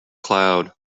cloud